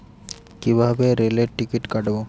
কিভাবে রেলের টিকিট কাটব?